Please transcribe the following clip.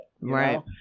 Right